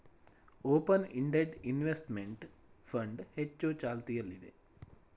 open ended investment fund ಹೆಚ್ಚು ಚಾಲ್ತಿಯಲ್ಲಿದೆ